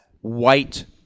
white